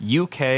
UK